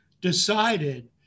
decided